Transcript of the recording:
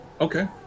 Okay